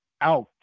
out